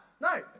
no